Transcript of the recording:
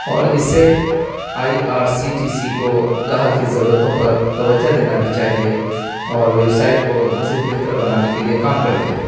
اور اس سے I R C T C کو گاہک کی ضرورتوں پر توجہ دینا بھی چاہیے اور ویب سائٹ کو مزید بہتر بنانے کے لیے کام کرتے ہیں